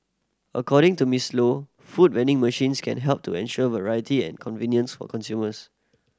according to Miss Low food vending machines can help to ensure variety and convenience for consumers